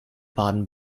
baden